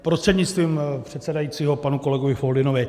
Prostřednictvím předsedajícího panu kolegovi Foldynovi.